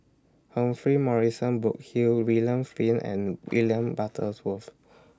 Humphrey Morrison Burkill William Flint and William butters Worth